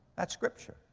that's scripture.